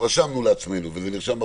רשמנו לעצמנו וזה גם נרשם בפרוטוקול.